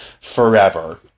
forever